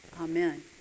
Amen